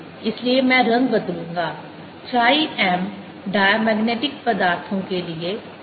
इसलिए मैं रंग बदलूंगा chi m डायमैगनेटिक पदार्थों के लिए 0 से कम है